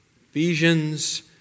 Ephesians